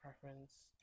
preference